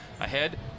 ahead